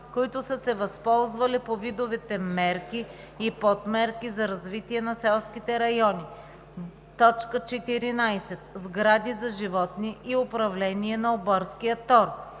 които са се възползвали по видовете мерки и подмерки за развитие на селските райони. 14. Сгради за животни и управление на оборския тор: